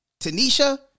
Tanisha